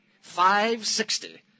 Five-sixty